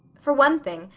for one thing,